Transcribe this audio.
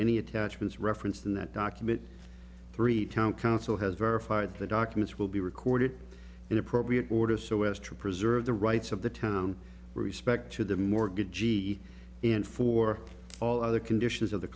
any attachments referenced in that document three town council has verified the documents will be recorded in appropriate order so as to preserve the rights of the town respect to the mortgage g and for all other conditions of the